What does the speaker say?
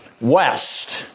west